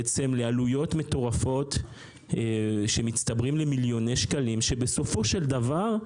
לעלויות מטורפות שמצטברות למיליוני שקלים שבסופו של דבר,